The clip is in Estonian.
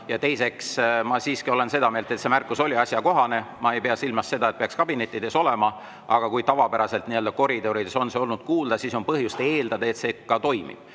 Teiseks, ma siiski olen seda meelt, et see märkus oli asjakohane. Ma ei pea silmas seda, et [kutsung] peaks kabinettides [kuulda] olema, aga kui tavapäraselt on koridorides see olnud kuulda, siis on põhjust eeldada, et see ka toimib,